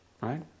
right